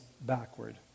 backward